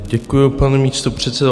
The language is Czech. Děkuji, pane místopředsedo.